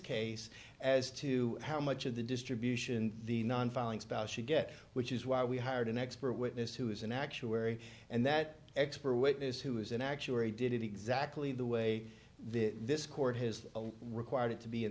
case as to how much of the distribution the non filing spouse should get which is why we hired an expert witness who is an actuary and that expert witness who is an actuary did it exactly the way this court has required it to be in